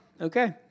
Okay